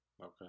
okay